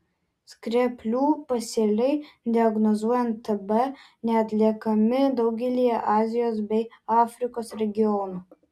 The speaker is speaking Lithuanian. skreplių pasėliai diagnozuojant tb neatliekami daugelyje azijos bei afrikos regionų